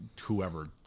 whoever